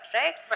right